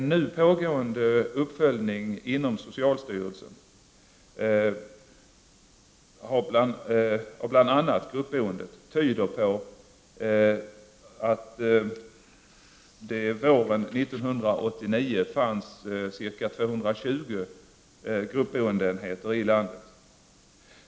En nu pågående uppföljning inom socialstyrelsen av bl.a. gruppboendet tyder på att det våren 1989 fanns ca 220 gruppboendeenheter i landet.